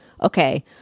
Okay